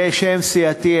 בשם סיעתי,